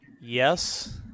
yes